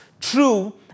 true